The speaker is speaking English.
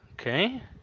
Okay